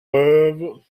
peuvent